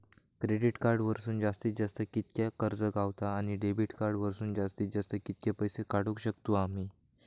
Credit card वरसून जास्तीत जास्त कितक्या कर्ज गावता, आणि डेबिट कार्ड वरसून जास्तीत जास्त कितके पैसे काढुक शकतू आम्ही?